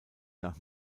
nach